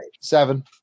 Seven